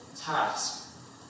task